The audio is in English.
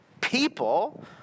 people